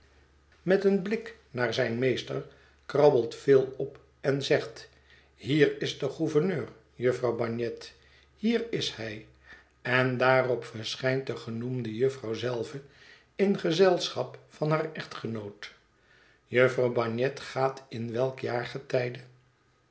met een blik naar zijn meester krabbelt phil op en zegt hier is de gouverneur jufvrouw bagnet hier is hij en daarop verschijnt de genoemde jufvrouw zelve in gezelschap van haar echtgenoot jufvrouw bagnet gaat in welk